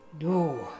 no